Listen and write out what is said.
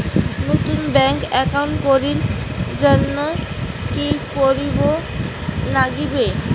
নতুন bank account করির জন্যে কি করিব নাগিবে?